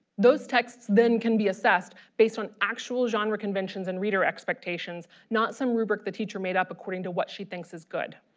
those texts then can be assessed based on actual genre conventions and reader expectations not some rubric the teacher made up according to what she thinks is good.